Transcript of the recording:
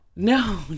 no